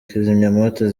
kizimyamoto